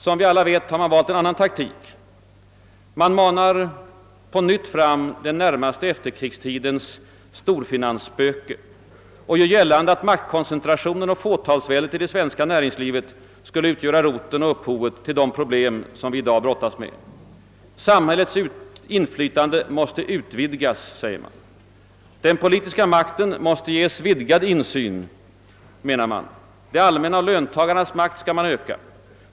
Som vi alla vet har man valt en annan taktik. Man manar på nytt fram den närmaste efterkrigstidens storfinansspöke och gör gällande att maktkoncentrationen och fåtalsväldet i det svenska näringslivet skulle utgöra roten och upphovet till de problem som vi i dag brottas med. Samhällets inflytande måste utvidgas, säger man. Den politiska makten måste ges vidgad insyn, menar man. De allmänna löntagarnas makt skall man öka.